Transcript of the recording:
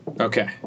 Okay